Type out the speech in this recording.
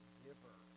giver